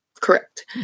Correct